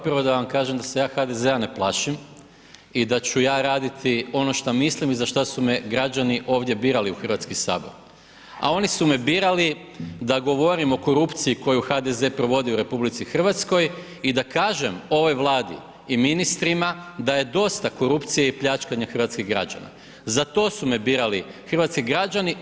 Prvo da vam kažem da se ja HDZ-a ne plašim i da ću ja raditi ono šta mislim i za šta su ome građani ovdje birali u Hrvatski sabor a oni su me birali da govorim o korupciji koju HDZ provodi u RH i da kažem ovoj Vladi i ministrima da je dosta korupcije i pljačkanja hrvatskih građana, za to su me birali hrvatski građani.